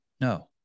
no